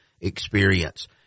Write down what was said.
Experience